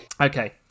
Okay